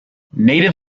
native